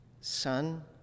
Son